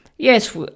Yes